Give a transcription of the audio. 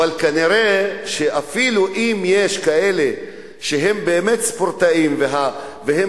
אבל אפילו אם יש כאלה שהם באמת ספורטאים והם